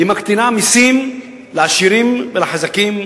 היא מקטינה מסים לעשירים ולחזקים,